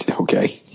Okay